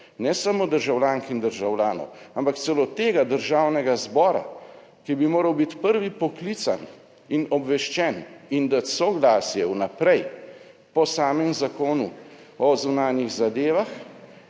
ne samo državljank in državljanov, ampak celo tega Državnega zbora. Ki bi moral biti prvi poklican in obveščen in dati soglasje vnaprej. Po samem Zakonu o zunanjih zadevah.